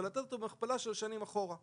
וניתן אותו בהכפלה של שנים אחורה.